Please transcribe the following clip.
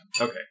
Okay